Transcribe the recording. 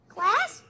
Class